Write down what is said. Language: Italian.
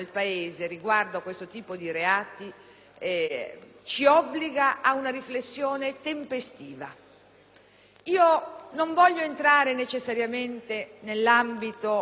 Non voglio entrare necessariamente nell'ambito difficile, complesso e sottile del diritto perché le discussioni sarebbero lunghe.